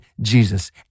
Jesus